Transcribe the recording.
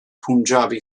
punjabi